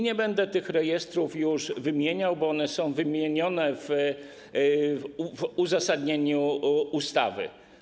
Nie będę tych rejestrów już wymieniał, bo one są wymienione w uzasadnieniu ustawy.